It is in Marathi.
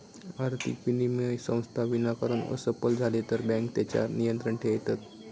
आर्थिक विनिमय संस्था विनाकारण असफल झाले तर बँके तेच्यार नियंत्रण ठेयतत